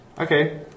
Okay